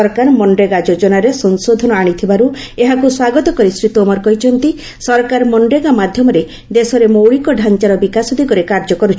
ସରକାର ମନରେଗା ଯୋଜନାରେ ସଂଶୋଧନ ଆଣିଥିବାରୁ ଏହାକୁ ସ୍ୱାଗତ କରି ଶ୍ରୀ ତୋମର କହିଛନ୍ତି ସରକାର ମନରେଗା ମାଧ୍ୟମରେ ଦେଶରେ ମୌଳିକତାଞ୍ଚାର ବିକାଶ ଦିଗରେ କାର୍ଯ୍ୟ କରୁଛନ୍ତି